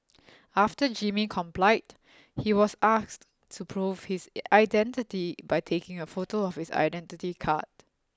after Jimmy complied he was asked to prove his identity by taking a photo of his identity card